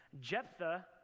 Jephthah